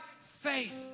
faith